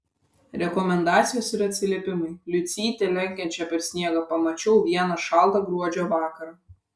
rekomendacijos ir atsiliepimai liucytę lekiančią per sniegą pamačiau vieną šaltą gruodžio vakarą